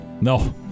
No